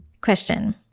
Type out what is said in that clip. Question